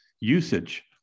usage